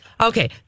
Okay